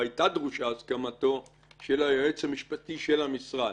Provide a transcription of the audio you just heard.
או היתה דרושה הסכמתו של היועץ המשפטי של המשרד.